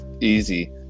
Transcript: easy